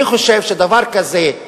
אני חושב שדבר כזה,